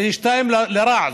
פי שניים לרע,